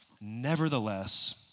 nevertheless